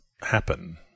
happen